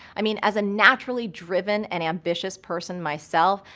i mean, as a naturally driven and ambitious person myself,